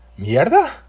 Mierda